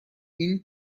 این